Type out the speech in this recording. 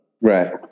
Right